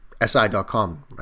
SI.com